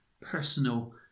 personal